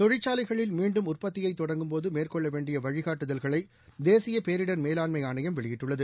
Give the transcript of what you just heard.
தொழிற்சாலைகளில் மீண்டும் உற்பத்தியை தொடங்கும் போது மேற்கொள்ள வேண்டிய வழிகாட்டுதல்களை தேசிய பேரிடர் மேலாண்மை ஆணையம் வெளியிட்டுள்ளது